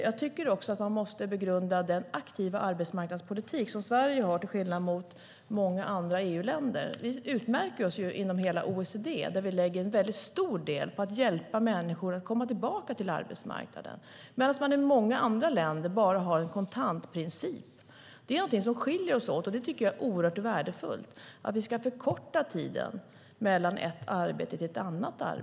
Jag tycker också att man måste begrunda den aktiva arbetsmarknadspolitik som Sverige för - till skillnad från hur det är i många andra EU-länder. Inom hela OECD utmärker vi oss genom att vi lägger en väldigt stor del på att hjälpa människor med att komma tillbaka till arbetsmarknaden. I många andra länder har man bara kontantprincipen. Det här skiljer länderna åt. Det är oerhört värdefullt att vi förkortar tiden mellan ett arbete och ett annat.